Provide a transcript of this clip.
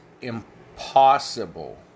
impossible